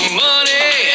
money